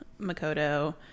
Makoto